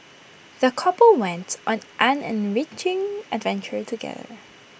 the couple wents on an enriching adventure together